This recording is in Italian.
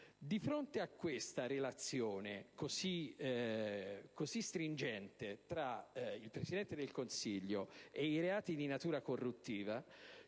Di fronte a questa relazione così stringente tra il Presidente del Consiglio e i reati di natura corruttiva,